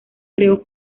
creó